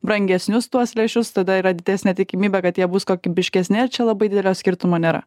brangesnius tuos lęšius tada yra didesnė tikimybė kad jie bus kokybiškesni ar čia labai didelio skirtumo nėra